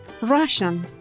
Russian